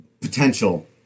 potential